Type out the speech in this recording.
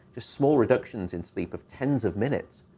just small reductions in sleep of tens of minutes.